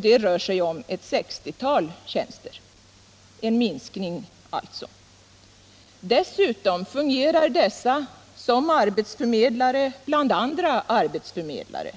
Det rör sig om ett 60-tal tjänster. En minskning alltså. Dessutom fungerar dessa som arbetsförmedlare bland andra arbetsförmedlare.